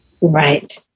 Right